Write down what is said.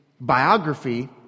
biography